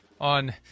on